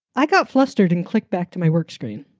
i got flustered and clicked back to my work screen.